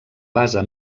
base